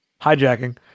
hijacking